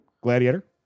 Gladiator